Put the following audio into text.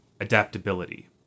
adaptability